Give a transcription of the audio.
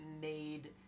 made